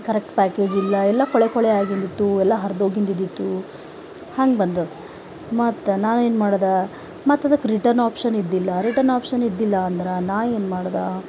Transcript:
correct package ಇಲ್ಲ ಎಲ್ಲ ಕೊಳೆ ಕೊಳೆ ಆಗಿಂದಿತ್ತು ಎಲ್ಲ ಹರ್ದು ಹೋಗಿಂದಿದಿತ್ತು ಹಂಗ ಬಂದದ ಮತ್ತು ನಾನೇನು ಮಾಡೊದ ಮತ್ತು ಅದಕ್ಕ ರಿಟರ್ನ್ ಆಪ್ಶನ್ ಇದ್ದಿಲ್ಲ ರಿಟರ್ನ್ ಆಪ್ಶನ್ ಇದ್ದಿಲ್ಲ ಅಂದರ ನಾ ಏನು ಮಾಡೊದು